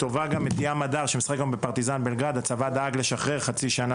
נציין לטובה גם את ים מדר שהצבא דאג לשחרר חצי שנה